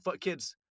kids